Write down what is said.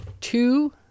two